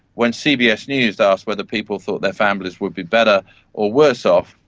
when cbs news asked whether people thought their families would be better or worse off,